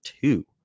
two